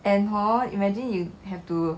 and hor imagine you have to